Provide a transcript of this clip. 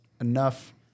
enough